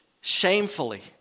shamefully